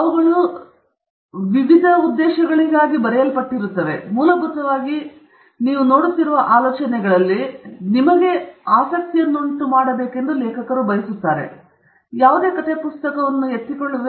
ಅವುಗಳು ವಿವಿಧ ವಿಭಿನ್ನ ಉದ್ದೇಶಗಳಿಗಾಗಿ ಬರೆಯಲ್ಪಟ್ಟಿವೆ ಆದರೆ ಮೂಲಭೂತವಾಗಿ ನೀವು ನೋಡುತ್ತಿರುವ ಆಲೋಚನೆಗಳಲ್ಲಿ ಒಂದನ್ನು ಲೇಖಕರು ಬಯಸುತ್ತಾರೆ ಎಂಬುದು ಪುಸ್ತಕದಲ್ಲಿ ನಿಮಗೆ ಆಸಕ್ತಿಯನ್ನುಂಟು ಮಾಡಿ ಪುಸ್ತಕವನ್ನು ಎತ್ತಿಕೊಳ್ಳುವ ಯಾವುದೇ ವ್ಯಕ್ತಿಯನ್ನು ಮಾಡಲು ಪ್ರಯತ್ನಿಸಿ ಪುಸ್ತಕದ ಅಂತ್ಯದವರೆಗೂ ಓದುವಂತೆ ಪುಸ್ತಕದಲ್ಲಿ ತೊಡಗಿಸಿಕೊಳ್ಳಿ